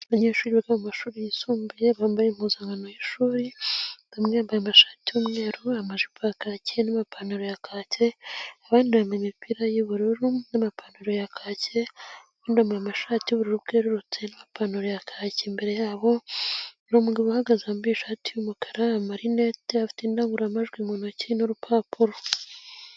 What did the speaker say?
Abanyeshuri biga mu mashuri yisumbuye bambaye impuzankano y'ishuri, bamwe bambaye amashati y'umweru, amajipo ya kake n'amapantaro ya kake, abandi bambaye imipira y'ubururu n'amapantaro ya kake, abandi bambaye amashati y'ubururu bwerurutse n'amapantaro ya kake, imbere yabo hari umugabo uhagaze wambaye ishati y'umukara, amarinete, afite indangururamajwi mu ntoki n'urupapuro.